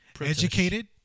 Educated